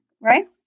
right